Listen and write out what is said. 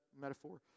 metaphor